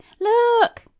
look